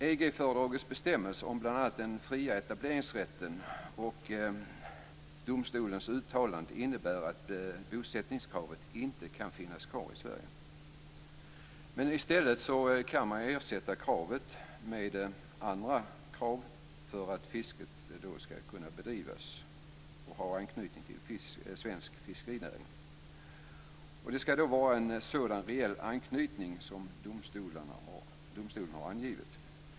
EG-fördragets bestämmelse om bl.a. den fria etableringsrätten och domstolens uttalande innebär att bosättningskravet inte kan finnas kvar i I stället kan man ersätta det kravet med andra krav för att fisket skall kunna bedrivas och ha anknytning till svensk fiskerinäring. Det skall vara en sådan reell anknytning som domstolen har angivit.